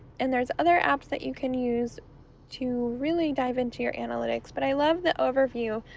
and there's other apps that you can use to really dive into your analytics. but i love the overview,